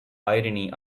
irony